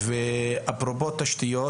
אפרופו תשתיות,